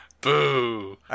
boo